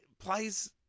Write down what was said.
plays